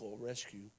Rescue